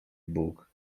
bug